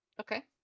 Okay